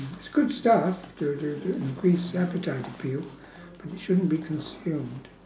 mm it's good stuff to to to increase appetite appeal but it shouldn't be consumed